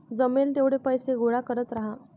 जमेल तेवढे पैसे गोळा करत राहा